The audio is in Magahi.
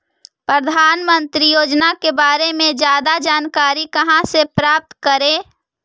प्रधानमंत्री योजना के बारे में जादा जानकारी कहा से प्राप्त करे?